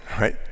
right